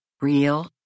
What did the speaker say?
real